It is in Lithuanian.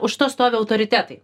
už to stovi autoritetai